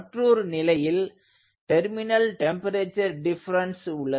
மற்றொரு நிலையில் terminal temperature difference உள்ளது